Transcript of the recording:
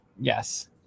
Yes